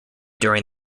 during